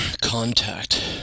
Contact